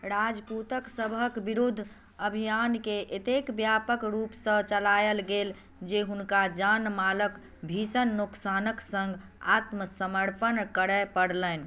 राजपूत सभक विरुद्ध अभियानकेँ एतेक व्यापक रूपसँ चलायल गेल जे हुनका जान मालक भीषण नोकसानक सङ्ग आत्मसमर्पण करय पड़लनि